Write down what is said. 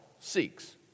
seeks